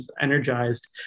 energized